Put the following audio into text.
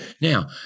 Now